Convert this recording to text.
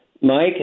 Mike